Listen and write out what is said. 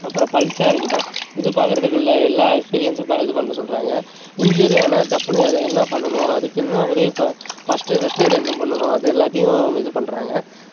அப்பறோம் பல்ஸா இருக்கட்டும் இது பாக்கறதுக்குள்ள எல்லா எக்ஸ்பீரியன்ஸும் ப இது பண்ண சொல்றாங்க இன்ஜூரி ஆனால் டப்புன்னு எதா என்ன பண்ணணும் அதுக்கென்ன உதவி ப ஃபர்ஸ்ட்டு ஃபர்ஸ்ட் எய்டு என்ன பண்ணணும் அது எல்லாத்தையும் நம்ம இது பண்ணுறாங்க